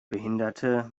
behinderte